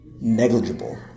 negligible